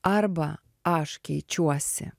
arba aš keičiuosi